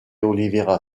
oliveira